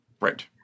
Right